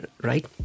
right